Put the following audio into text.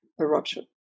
eruption